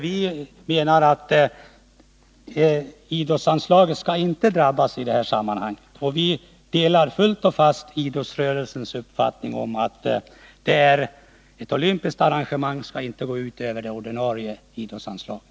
Vi menar att idrottsanslagen inte skall drabbas i detta sammanhang, och vi delar fullt och fast idrottsrörelsens uppfattning att ett olympiskt arrangemang inte skall gå ut över det ordinarie idrottsanslaget.